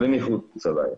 ומחוץ להן.